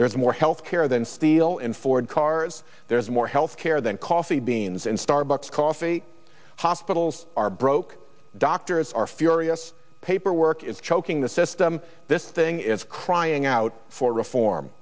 there's more health care than steel and ford cars there's more health care than coffee beans and starbucks coffee hospitals are broke doctors are furious paperwork is choking the system this thing is crying out for reform